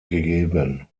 gegeben